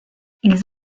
ils